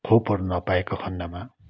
खोपहरू नपाएका खन्डमा